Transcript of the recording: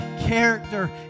character